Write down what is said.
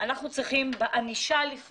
אנחנו צריכים לפעול דרך ענישה.